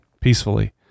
peacefully